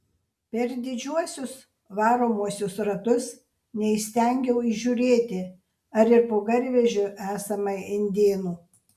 per didžiuosius varomuosius ratus neįstengiau įžiūrėti ar ir po garvežiu esama indėnų